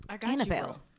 Annabelle